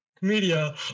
media